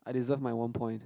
I deserve my one point